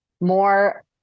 more